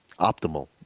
optimal